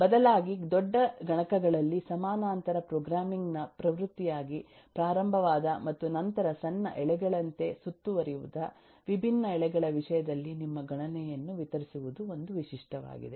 ಬದಲಾಗಿ ದೊಡ್ಡ ಗಣಕಗಳಲ್ಲಿ ಸಮಾನಾಂತರ ಪ್ರೋಗ್ರಾಮಿಂಗ್ ನ ಪ್ರವೃತ್ತಿಯಾಗಿ ಪ್ರಾರಂಭವಾದ ಮತ್ತು ನಂತರಸಣ್ಣ ಎಳೆಗಳಂತೆಸುತ್ತುವರಿದ ವಿಭಿನ್ನ ಎಳೆಗಳ ವಿಷಯದಲ್ಲಿ ನಿಮ್ಮ ಗಣನೆಯನ್ನು ವಿತರಿಸುವುದು ಒಂದು ವಿಶಿಷ್ಟವಾಗಿದೆ